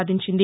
సాధించింది